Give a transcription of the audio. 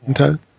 Okay